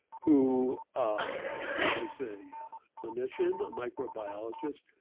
who ah was a clinician, a microbiologist,